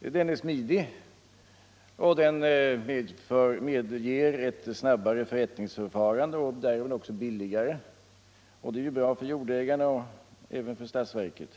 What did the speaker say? Den är smidig, och den medger ett snabbare — och därigenom också billigare — förrättningsförfarande. Det är ju bra för jordägarna och även för statsverket.